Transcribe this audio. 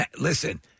listen